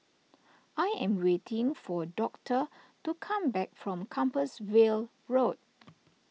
I am waiting for Doctor to come back from Compassvale Road